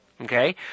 okay